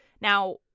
Now